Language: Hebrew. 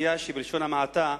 שבלשון המעטה,